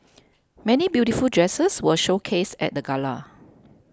many beautiful dresses were showcased at the gala